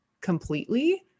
completely